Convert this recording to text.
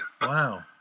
wow